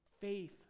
faith